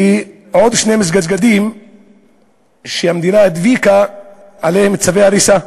ועוד שני מסגדים שהמדינה הדביקה עליהם צווי הריסה,